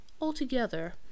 altogether